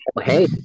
Hey